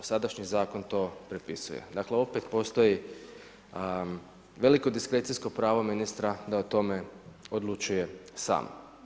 Sadašnji zakon to prepisuje, dakle, opet postoji veliko diskrecijsko pravo ministra da o tome odlučuje sam.